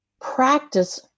practice